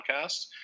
podcast